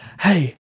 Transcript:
hey